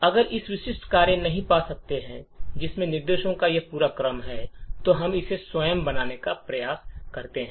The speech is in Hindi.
अगर हम विशिष्ट कार्य नहीं पा सकते हैं जिसमें निर्देशों का यह पूरा क्रम है तो हम इसे स्वयं बनाने का प्रयास करते हैं